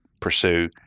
pursue